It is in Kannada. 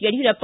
ಯಡಿಯೂರಪ್ಪ